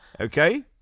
okay